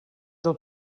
del